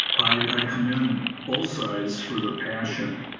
i commend both sides for their passion,